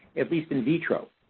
at least in vitro.